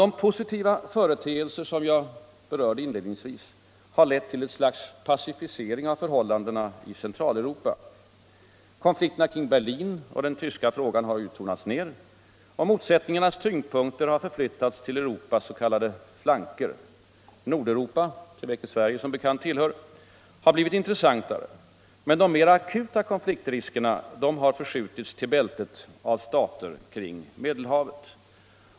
De positiva företeelser som jag berörde inledningsvis har lett till ett slags pacificering av förhållandena i Centraleuropa. Konflikterna kring Berlin och den tyska frågan har tonats ner. Motsättningarnas tyngdpunkter har förflyttats till Europas s.k. flanker. Nordeuropa —- till vilket Sverige som bekant hör — har blivit intressantare. Men de mera akuta konfliktriskerna har förskjutits till bältet av stater runt Medelhavet.